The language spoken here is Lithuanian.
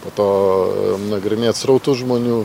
po to nagrinėt srautus žmonių